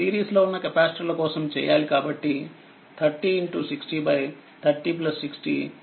series లో ఉన్న కెపాసిటర్ల కోసం చేయాలి కాబట్టి 30 6030 60 20మైక్రో ఫారెడ్